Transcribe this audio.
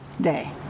day